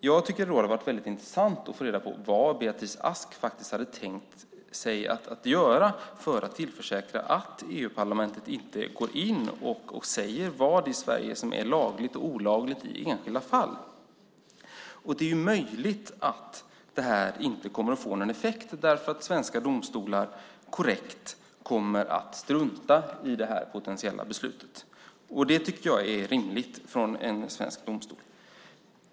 Jag tycker att det hade varit väldigt intressant att få reda på vad Beatrice Ask hade tänkt sig att göra för att tillförsäkra att EU-parlamentet inte går in och säger vad i Sverige som är lagligt eller olagligt i enskilda fall. Det är möjligt att det här inte kommer att få någon effekt, därför att svenska domstolar, korrekt, kommer att strunta i det här potentiella beslutet. Och det tycker jag är rimligt av en svensk domstol.